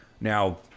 Now